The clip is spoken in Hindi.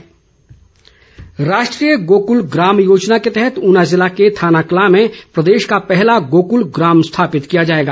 वीरेंद्र कंवर राष्ट्रीय गोकुल ग्राम योजना के तहत ऊना ज़िला के थानाकलां में प्रदेश का पहला गोकुल ग्राम स्थापित किया जाएगा